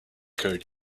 code